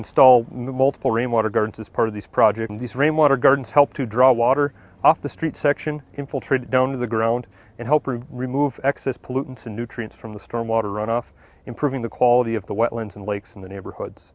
gardens as part of this project and these rainwater gardens help to draw water off the street section infiltrated down to the ground and help remove excess pollutants and nutrients from the storm water runoff improving the quality of the wetlands and lakes in the neighborhoods